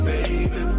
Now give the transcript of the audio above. Baby